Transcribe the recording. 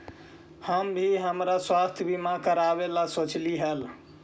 हम भी हमरा स्वास्थ्य बीमा करावे ला सोचली हल